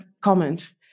comment